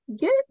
get